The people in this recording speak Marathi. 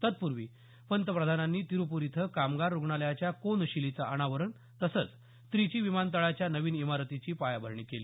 तत्पूर्वी पंतप्रधानांनी तिरुपूर इथं कामगार रुग्णालयाच्या कोनशिलेचं अनावरण तसंच त्रिची विमानतळाच्या नवीन इमारतीची पायाभरणी केली